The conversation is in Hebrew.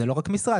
זה לא רק משרד.